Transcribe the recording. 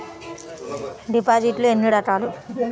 డిపాజిట్లు ఎన్ని రకాలు?